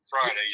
Friday